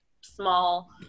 small